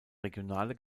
regionale